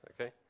Okay